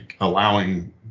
allowing